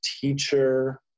teacher